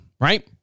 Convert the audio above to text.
right